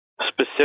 specific